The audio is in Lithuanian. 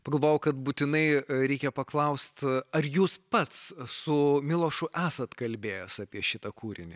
pagalvojau kad būtinai reikia paklaust ar jūs pats su milošu esat kalbėjęs apie šitą kūrinį